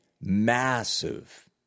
massive